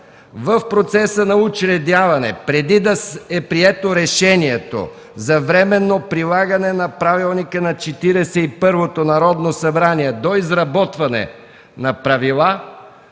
в процеса на учредяване, преди да е прието Решението за временно прилагане на Правилника на Четиридесет и първото Народно събрание до изработване на правила,